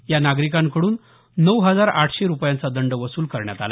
या नागरिकांकड्रन नऊ हजार आठशे रुपयांचा दंड वसूल करण्यात आला